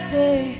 day